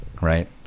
right